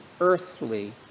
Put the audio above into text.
earthly